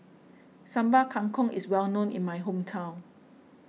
Sambal Kangkong is well known in my hometown